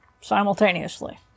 simultaneously